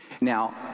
Now